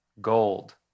gold